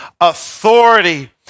authority